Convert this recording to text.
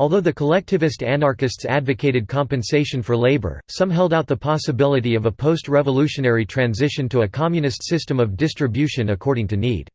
although the collectivist anarchists advocated compensation for labour, some held out the possibility of a post-revolutionary transition to a communist system of distribution according to need.